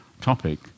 topic